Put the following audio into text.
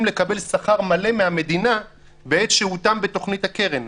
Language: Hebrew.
לקבל שכר מלא מהמדינה בעת שהותם בתכנית הקרן?